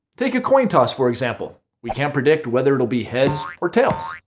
take a coin toss for example. we can't predict whether it will be heads or tails.